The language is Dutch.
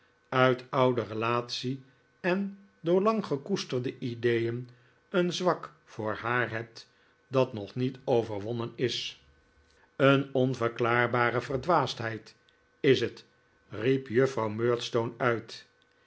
uit oude relatie en door lang gekoesterde ideeen een zwak voor haar hebt dat nog niet overwonnen is een onverklaarbare verdwaasdheid is het riep juffrouw murdstone uit